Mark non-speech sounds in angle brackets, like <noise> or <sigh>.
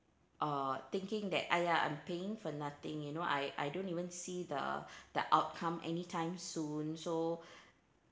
uh thinking that !aiya! I'm paying for nothing you know I I don't even see the <breath> the outcome anytime soon so <breath>